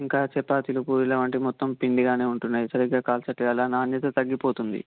ఇంకా చపాతీలు పూరీలు వంటివి మొత్తం పిండిగానే ఉంటున్నాయి సరిగ్గా కాల్చట్లేదు అలా నాణ్యత తగ్గిపోతుంది